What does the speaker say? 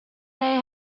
they